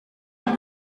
air